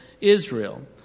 Israel